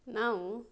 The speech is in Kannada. ನಾವು